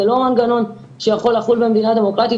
זה לא מנגנון שיכול לחול במדינה דמוקרטית.